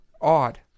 Odd